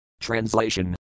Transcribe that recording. Translation